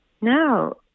no